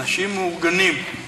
אנשים מאורגנים,